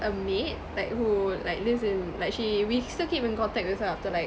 a maid like who like lives in like she we still keep in contact with her after like